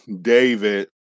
David